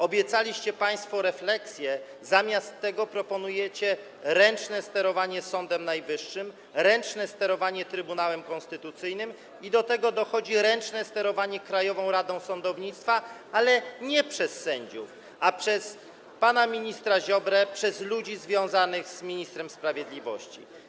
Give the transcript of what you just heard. Obiecaliście państwo refleksję, a zamiast tego proponujecie ręczne sterowanie Sądem Najwyższym, ręczne sterowanie Trybunałem Konstytucyjnym i do tego dochodzi ręczne sterowanie Krajową Radą Sądownictwa, ale nie przez sędziów, a przez pana ministra Ziobrę, przez ludzi związanych z ministrem sprawiedliwości.